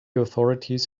authorities